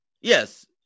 Yes